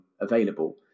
available